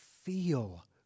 Feel